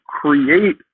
create